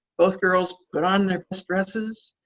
both girls put on their best dresses,